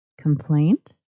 complaint